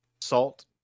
salt